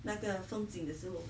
那个风景的时候